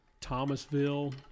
Thomasville